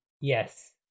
Yes